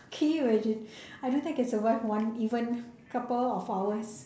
can you imagine I don't think I can survive one even couple of hours